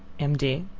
m d.